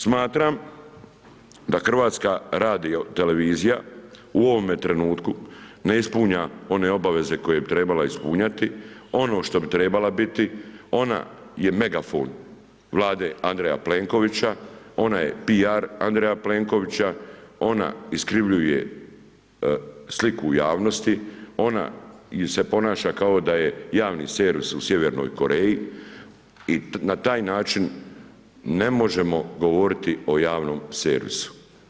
Smatram da HRT u ovome trenutku ne ispunja one obaveze koje bi trebala ispunjati, ono što bi trebala biti, ona je megafon Vlade Andreja Plenkovića, ona je piar Andreja Plenkovića, ona iskrivljuje sliku u javnosti, ona se ponaša kao da je javni servis u Sjevernoj Koreji i na taj način ne možemo govoriti o javnom servisu.